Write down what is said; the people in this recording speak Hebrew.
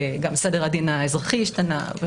גם סדר הדין האזרחי השתנה.